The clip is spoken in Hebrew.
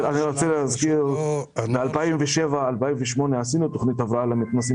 אני רוצה להזכיר שב-2008-2007 עשינו תכנית הבראה למתנ"סים